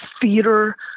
theater